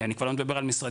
אני כבר לא מדבר על משרדי